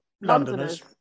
Londoners